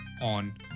on